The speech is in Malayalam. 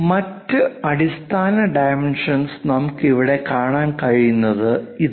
മറ്റ് അടിസ്ഥാന ഡൈമെൻഷൻസ് നമുക്ക് ഇവിടെ കാണാൻ കഴിയുന്നത് ഇതാണ്